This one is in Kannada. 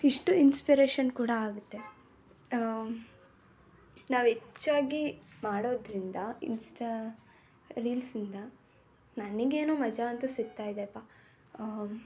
ಇಷ್ಟು ಇನ್ಸ್ಪಿರೇಷನ್ ಕೂಡ ಆಗುತ್ತೆ ನಾವು ಹೆಚ್ಚಾಗಿ ಮಾಡೋದರಿಂದ ಇನ್ಸ್ಟಾ ರೀಲ್ಸ್ನಿಂದ ನನಗೇನು ಮಜಾ ಅಂತೂ ಸಿಗ್ತಾ ಇದೆಯಪ್ಪ